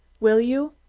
will you?